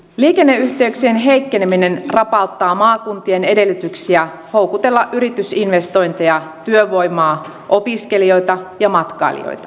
liikenneyhteyksien heikkeneminen rapauttaa maakuntien edellytyksiä houkutella yritysinvestointeja työvoimaa opiskelijoita ja matkailijoita